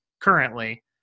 currently